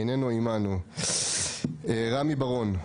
רמי בר-און,